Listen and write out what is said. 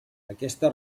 aquesta